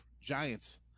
giants